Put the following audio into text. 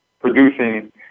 producing